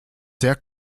sehr